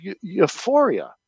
euphoria